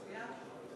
מצוין.